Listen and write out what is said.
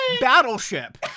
battleship